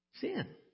Sin